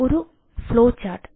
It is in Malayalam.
ഒരു ഫ്ലോചാർട്ട്